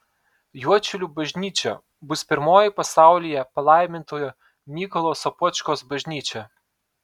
juodšilių bažnyčia bus pirmoji pasaulyje palaimintojo mykolo sopočkos bažnyčia